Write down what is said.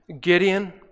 Gideon